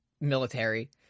military